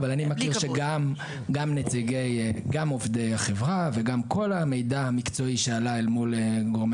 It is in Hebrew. אבל אני מכיר שגם עובדי החברה וגם כל המידע המקצועי שעלה אל מול גורמי